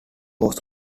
was